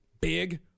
Big